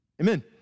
Amen